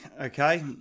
okay